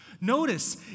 Notice